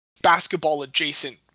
basketball-adjacent